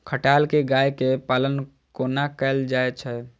खटाल मे गाय केँ पालन कोना कैल जाय छै?